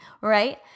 right